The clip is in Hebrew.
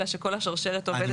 אלא שכל השרשרת עובדת לפי הסדר.